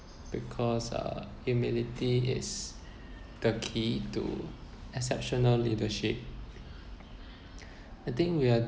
because uh humility is the key to exceptional leadership I think we are